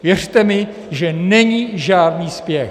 Věřte mi, že není žádný spěch.